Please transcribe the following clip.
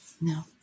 no